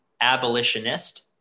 abolitionist